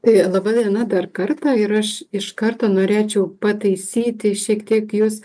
tai laba diena dar kartą ir aš iš karto norėčiau pataisyti šiek tiek jus